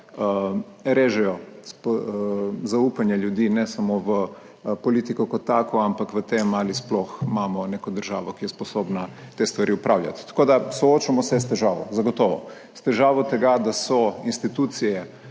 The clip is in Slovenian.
režejo zaupanje ljudi, ne samo v politiko kot tako, ampak v tem, ali sploh imamo neko državo, ki je sposobna te stvari opravljati. Tako da, soočamo se s težavo. Zagotovo s težavo tega, da so institucije